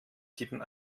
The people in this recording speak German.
tippen